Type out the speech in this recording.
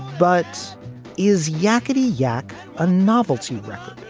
but is yackety yack a novelty record?